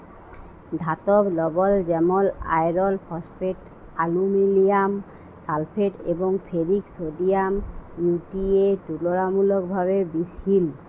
ধাতব লবল যেমল আয়রল ফসফেট, আলুমিলিয়াম সালফেট এবং ফেরিক সডিয়াম ইউ.টি.এ তুললামূলকভাবে বিশহিল